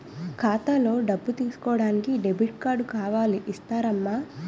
ఖాతాలో డబ్బులు తీసుకోడానికి డెబిట్ కార్డు కావాలి ఇస్తారమ్మా